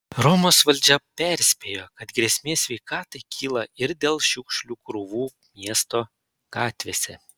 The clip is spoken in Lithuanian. romos valdžia perspėjo kad grėsmė sveikatai kyla ir dėl šiukšlių krūvų miesto gatvėse